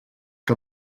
que